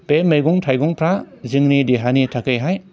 बे मैगं थाइगंफ्रा जोंनि देहानि थाखायहाय